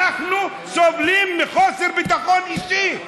אנחנו סובלים מחוסר ביטחון אישי.